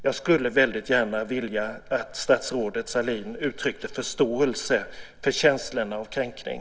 Jag skulle väldigt gärna vilja att statsrådet Sahlin uttryckte förståelse för känslorna av kränkning.